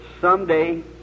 someday